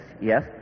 yes